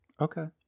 Okay